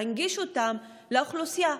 להנגיש אותם לאוכלוסייה?